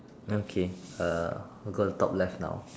okay uh go to top left now